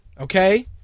Okay